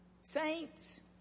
saints